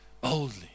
Boldly